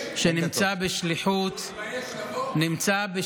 הוא מתבייש לבוא?